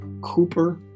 Cooper